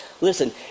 listen